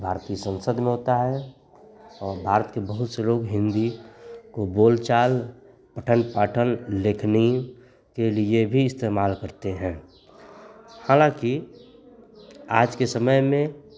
भारतीय संसद में होता है और भारत के बहुत से लोग हिन्दी को बोलचाल पठन पाठन लेखनी के लिए भी इस्तेमाल करते हैं हालाँकि आज के समय में